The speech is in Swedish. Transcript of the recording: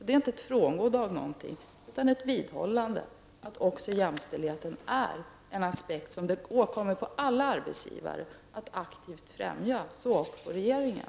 Det är inte ett frångående av någonting utan ett vidhållande att också jämställdheten är en aspekt som det åligger alla arbetsgivare att aktivt främja, så ock regeringen.